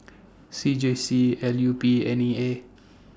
C J C L U P N E A